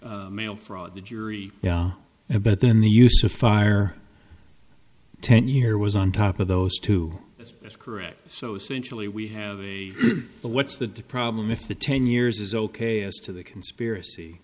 mail fraud the jury yeah and but then the use of fire ten year was on top of those two that's correct so essentially we have a what's the problem if the ten years is ok as to the conspiracy